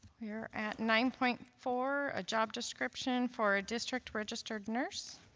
we're at nine point four a job description for a district registered nurse.